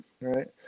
right